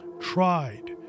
tried